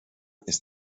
ist